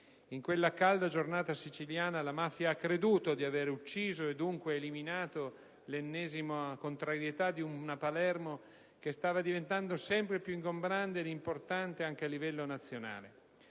In quella calda giornata siciliana la mafia ha creduto di avere ucciso, e dunque eliminato, l'ennesimo "bastian contrario" di una Palermo che stava diventando sempre più ingombrante ed importante anche a livello nazionale.